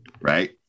Right